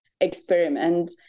experiment